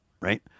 right